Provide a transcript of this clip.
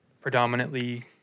predominantly